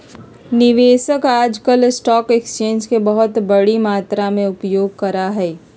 निवेशक आजकल stock exchange के बहुत बडी मात्रा में उपयोग करा हई